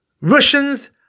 Russians